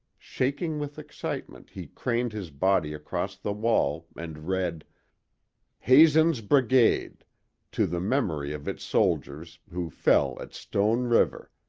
shaking with excitement, he craned his body across the wall and read hazen's brigade to the memory of its soldiers who fell at stone river,